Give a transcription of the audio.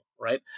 right